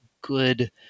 good